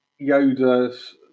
Yoda's